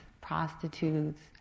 prostitutes